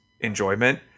Enjoyment